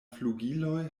flugiloj